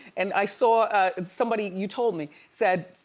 and i saw somebody, you told me, said,